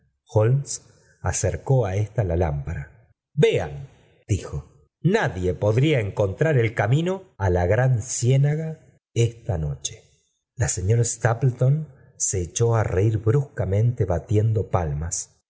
acerró á ésta la lámpara vean dijo nadie podría eneonlrnr el camino á la gran ciénaga esta noche la señora stapleton se echó á reír bruscamente batiendo palmas